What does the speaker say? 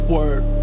Word